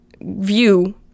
view